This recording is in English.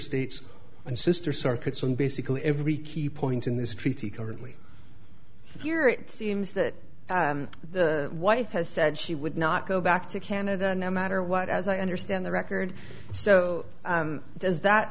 states and sister circuits and basically every key point in this treaty currently here it seems that the wife has said she would not go back to canada no matter what as i understand the record so does that